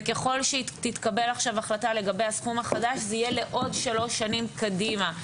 וככל שתתקבל עכשיו החלטה לגבי הסכום החדש זה יהיה לעוד שלוש שנים קדימה.